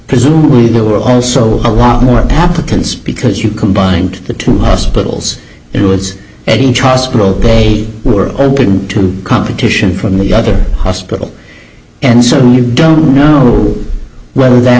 presumably there were also a lot more applicants because you combined the two hospitals inwards and they were open to competition from the other hospital and so on you don't know whether that